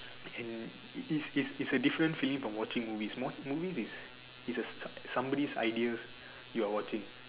and it's it's it's a different feeling from watching movies more movie is is a somebody's idea you're watching